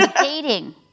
Dating